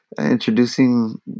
introducing